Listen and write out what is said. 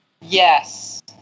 Yes